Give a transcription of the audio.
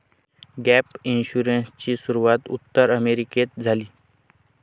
gap इन्शुरन्सची सुरूवात उत्तर अमेरिकेत झाली